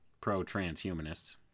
pro-transhumanists